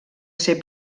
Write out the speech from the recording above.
ser